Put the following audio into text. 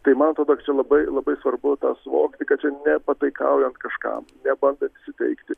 tai man atrodo kad čia labai labai svarbu suvokti kad čia ne pataikaujant kažkam ne bandant įsiteikti